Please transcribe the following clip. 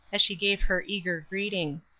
as she gave her eager greeting.